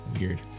Weird